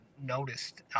noticed